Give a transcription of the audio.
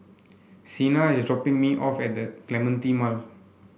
Cena is dropping me off at Clementi Mall